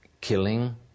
killing